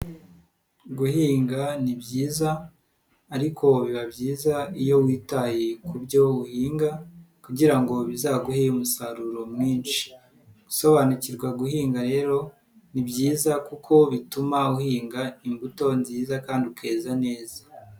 Guhinga nibyiza ariko biba byiza iyo witaye kubyo uhinga kugira ngo bizaguhe umusaruro mwinshi. gusobanukirwa guhinga rero ni byiza kuko bituma uhinga imbuto nziza kandi ukeza neza.